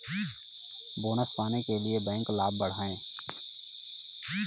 bonus पाने के लिए बैंक लाभ बढ़ाएं